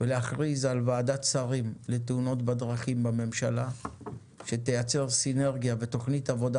להכריז על ועדת שרים לתאונות דרכים שתייצר סינרגיה ותכנית עבודה